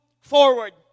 forward